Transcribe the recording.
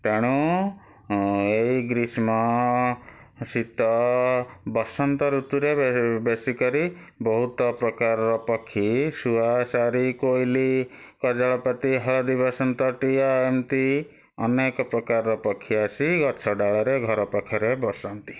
ତେଣୁ ଏହି ଗ୍ରୀଷ୍ମ ଶୀତ ବସନ୍ତ ଋତୁରେ ବେଶୀ କରି ବହୁତ ପ୍ରକାରର ପକ୍ଷୀ ଶୁଆ ଶାରୀ କୋଇଲି କଜଳପାତି ହଳଦୀବସନ୍ତ ଟିଆ ଏମିତି ଅନେକ ପ୍ରକାରର ପକ୍ଷୀ ଆସି ଗଛ ଡାଳରେ ଘର ପାଖରେ ବସନ୍ତି